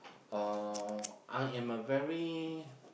uh I am a very